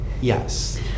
Yes